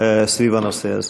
סביב הנושא הזה.